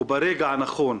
וברגע הנכון.